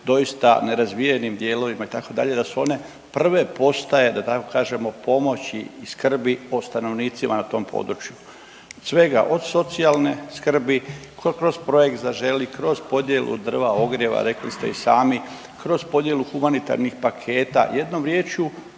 doista nerazvijenim dijelovima itd. da su one prve postaje da tako kažemo pomoći i skrbi o stanovnicima na tom području, svega od socijalne skrbi, kroz projekt „Zaželi“, kroz podjelu drva, ogrjeva, rekli ste i sami kroz podjelu humanitarnih paketa, jednom riječju